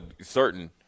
certain